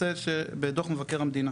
בדוח מבקר המדינה,